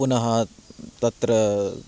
पुनः तत्र